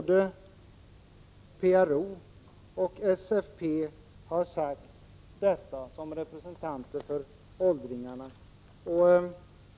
Detta säger både PRO och SFP som representanter för åldringarna.